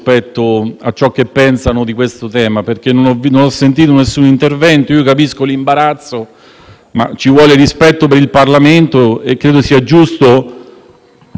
ma ci vuole rispetto per il Parlamento e credo sia giusto fornire il vostro punto di vista. Come potete guardare alla vostra storia senza avere un po' di imbarazzo?